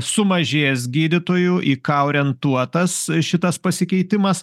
sumažės gydytojų į ką orientuotas šitas pasikeitimas